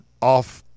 off